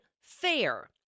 fair